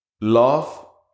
Love